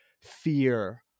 fear